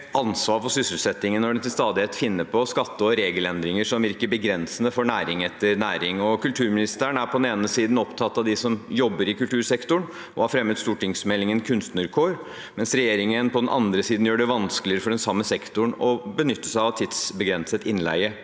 ansvar for sysselsettingen når den til stadighet finner på skatte- og regelendringer som virker begrensende for næring etter næring. Kulturministeren er på den ene siden opptatt av dem som jobber i kultursektoren, og har fremmet stortingsmeldingen Kunstnerkår, mens regjeringen på den andre siden gjør det vanskeligere for den samme sektoren å benytte seg av tidsbegrenset innleie.